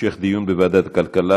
המשך דיון בוועדת הכלכלה.